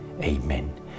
Amen